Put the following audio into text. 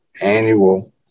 annual